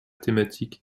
thématique